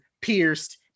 pierced